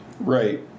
Right